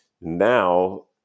Now